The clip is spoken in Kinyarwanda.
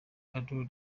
eduardo